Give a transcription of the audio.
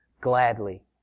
gladly